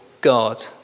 God